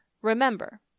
remember